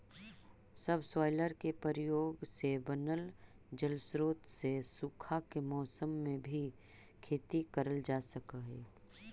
subsoiler के प्रयोग से बनल जलस्रोत से सूखा के मौसम में भी खेती करल जा सकऽ हई